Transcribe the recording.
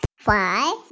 five